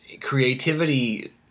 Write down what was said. creativity